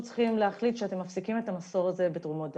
צריכים להחליט שאתם מפסיקים את המחסור בתרומות דם.